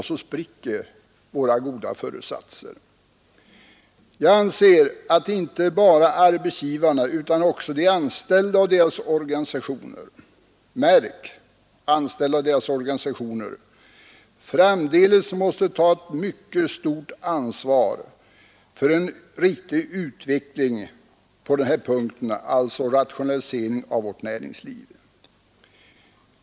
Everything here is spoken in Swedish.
Jag anser att inte bara arbetsgivarna utan också — jag vill understryka det — de anställda och deras organisationer framdeles måste taga ett starkt och aktivt ansvar för en riktig utveckling på denna punkt, alltså för en rationalisering av vårt näringsliv.